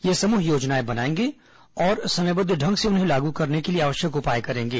ये समूह योजनाएं बनाएंगे और समयबद्ध ढंग से उन्हें लागू करने के लिए आवश्यक उपाय करेंगे